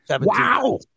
Wow